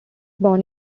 born